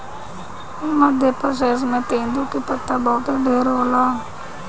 मध्य प्रदेश में तेंदू के पत्ता बहुते ढेर होला